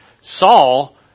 Saul